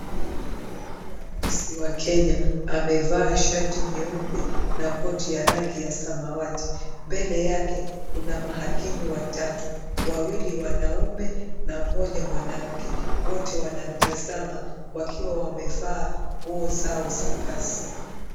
Mkuu wa raisi wa kenya amevaa shati nyeupe na koti ya rangi ya samawati. Mbele yake kuna mahakimu watatu. Wawili wanaume na mmoja mwanamke. Wote wanamtazama wakiwa wamevaa nguo zao za kazi.